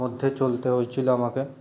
মধ্যে চলতে হয়েছিলো আমাকে